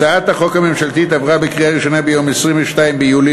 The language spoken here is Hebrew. הצעת החוק הממשלתית עברה בקריאה ראשונה ביום 22 ביולי.